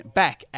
back